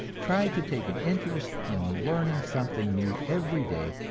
try to take an interest in learning something new every day,